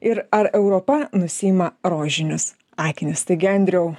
ir ar europa nusiima rožinius akinius taigi andriau